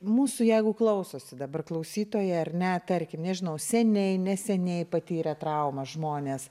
mūsų jeigu klausosi dabar klausytojai ar ne tarkim nežinau seniai neseniai patyrę traumą žmonės